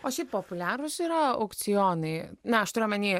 o šiaip populiarūs yra aukcionai na aš turiu omeny